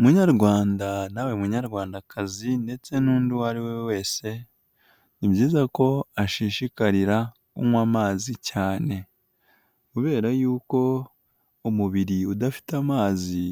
Munyarwanda nawe munyarwandakazi ndetse n'undi uwo ari we wese, ni byiza ko ashishikarira kunywa amazi cyane, kubera yuko umubiri udafite amazi